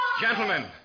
Gentlemen